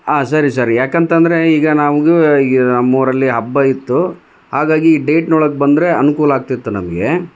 ಆ ಸರಿ ಸಾರ್ ಯಾಕೆಂತಂದ್ರೆ ಈಗ ನಮ್ಗುವೇ ಈ ನಮ್ಮೂರಲ್ಲಿ ಹಬ್ಬ ಇತ್ತು ಹಾಗಾಗಿ ಈ ಡೇಟ್ನೋಳಗೆ ಬಂದರೆ ಅನುಕೂಲ ಆಗ್ತಿತ್ತು ನಮಗೆ